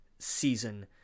season